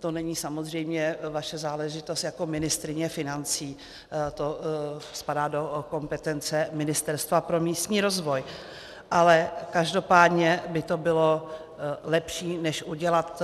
To není samozřejmě vaše záležitost jako ministryně financí, to spadá do kompetence Ministerstva pro místní rozvoj, ale každopádně by to bylo lepší než udělat